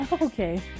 Okay